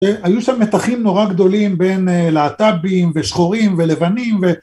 היו שם מתחים נורא גדולים בין להט"בים ושחורים ולבנים